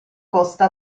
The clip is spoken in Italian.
costa